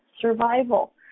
survival